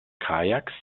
kajak